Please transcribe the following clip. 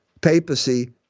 papacy